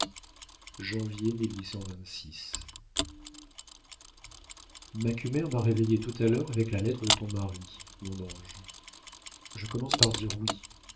ma cum m'a réveillée tout à l'heure avec la lettre de ton mari mon ange je commence par dire oui